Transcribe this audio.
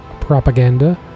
Propaganda